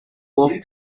walk